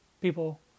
people